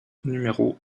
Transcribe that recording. numéro